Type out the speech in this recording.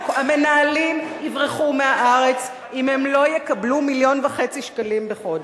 המנהלים יברחו מהארץ אם הם לא יקבלו מיליון וחצי שקלים בחודש.